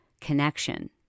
connection